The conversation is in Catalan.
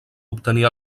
obtenir